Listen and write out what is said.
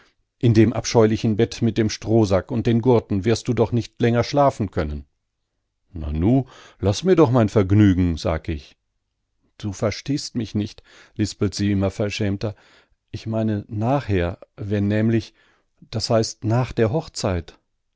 in dem abscheulichen bett mit dem strohsack und den gurten wirst du doch nicht länger schlafen können nanu laß mir doch mein vergnügen sag ich du verstehst mich nicht lispelt sie immer verschämter ich meine nachher wenn nämlich das heißt nach der hochzeit